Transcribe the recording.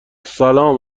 سلام